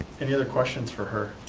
any other questions for her?